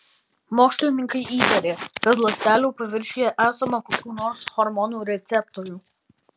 mokslininkai įtarė kad ląstelių paviršiuje esama kokių nors hormonų receptorių